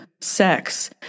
sex